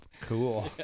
Cool